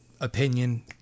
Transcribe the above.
opinion